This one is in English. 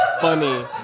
funny